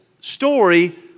story